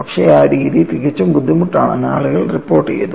പക്ഷേ ആ രീതി തികച്ചും ബുദ്ധിമുട്ടാണെന്ന് ആളുകൾ റിപ്പോർട്ട് ചെയ്തു